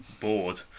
bored